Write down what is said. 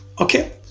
okay